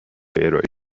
ارائه